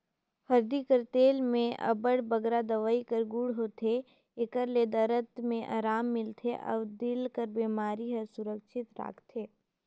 हरदी कर तेल में अब्बड़ बगरा दवई कर गुन होथे, एकर ले दरद में अराम मिलथे अउ दिल कर बेमारी ले सुरक्छित राखथे